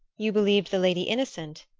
you believed the lady innocent?